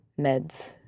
meds